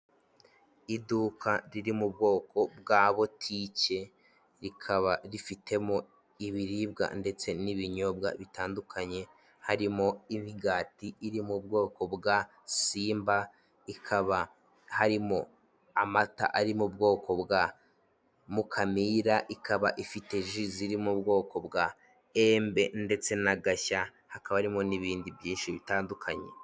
Iduka riri mu bwoko bwa botike rikaba rifitemo ibiribwa ndetse n'ibinyobwa bitandukanye harimo imigati iri mu bwoko bwa simba ikaba harimo amata ari mu bwoko bwa Mukamira ikaba ifite ji ziri mu bwoko bwa Embe ndetse n'Agashya hakaba harimo n'ibindi byinshi bitandukanye.